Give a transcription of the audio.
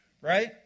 right